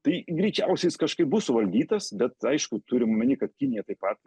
tai greičiausiai jis kažkaip bus suvaldytas bet aišku turim omeny kad kinija taip pat